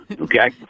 Okay